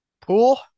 Pool